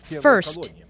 first